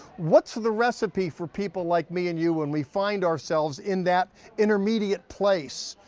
what's the recipe for people like me and you when we find ourselves in that intermediate place?